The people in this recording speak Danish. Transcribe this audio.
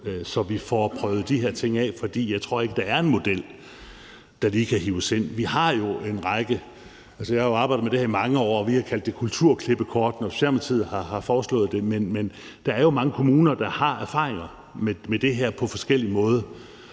så vi får prøvet de her ting af. For jeg tror ikke, der er en model, der lige kan hives ind. Jeg har arbejdet med det her i mange år, og da Socialdemokratiet foreslog det, kaldte vi det et kulturklippekort. Men der er jo mange kommuner, der har erfaringer med det her på forskellige måder,